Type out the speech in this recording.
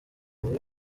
muri